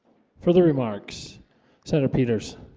for the remarks senator peters,